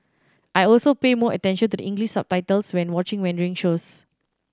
I also pay more attention to the English subtitles when watching Mandarin shows